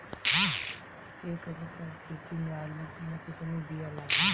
एक एकड़ खेती में आलू के कितनी विया लागी?